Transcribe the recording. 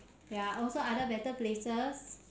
there are also other better places